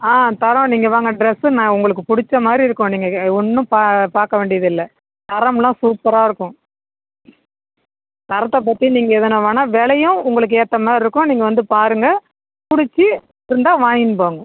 ஆ தரோம் நீங்கள் வாங்க ட்ரெஸ்ஸு நான் உங்களுக்கு பிடிச்ச மாதிரி இருக்கும் நீங்கள் ஒன்றும் பா பார்க்க வேண்டியதில்லை தரமெலாம் சூப்பராக இருக்கும் தரத்தை பற்றி நீங்கள் வேணாம் விலையும் உங்களுக்கு ஏற்ற மாதிரி இருக்கும் நீங்கள் வந்து பாருங்க பிடிச்சு இருந்தால் வாங்கின்னு போங்க